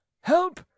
help